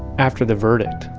after the verdict,